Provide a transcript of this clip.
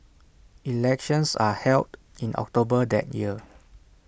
elections are held in October that year